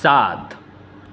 સાત